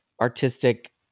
artistic